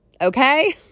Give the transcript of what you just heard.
Okay